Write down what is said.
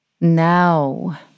Now